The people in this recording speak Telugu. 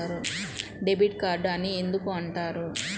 డెబిట్ కార్డు అని ఎందుకు అంటారు?